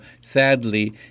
Sadly